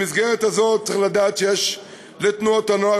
במסגרת הזאת צריך לדעת שיש לתנועות הנוער